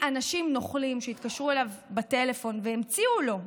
אנשים נוכלים התקשרו אליו בטלפון והמציאו לו,